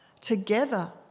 Together